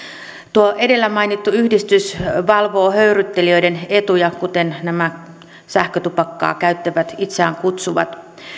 tuo edellä mainittu yhdistys valvoo höyryttelijöiden etuja kuten nämä sähkötupakkaa käyttävät itseään kutsuvat